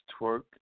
Twerk